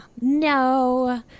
No